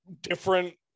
different